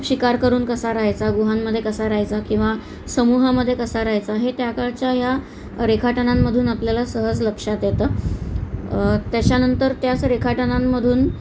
शिकार करून कसा राहायचा गुहांमध्ये कसा राहायचा किंवा समूहामध्ये कसा राहायचा हे त्या काळच्या या रेखाटनांमधून आपल्याला सहज लक्षात येतं त्याच्यानंतर त्याच रेखाटनांमधून